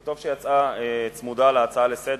וטוב שהיא יצאה צמוד להצעה לסדר-היום,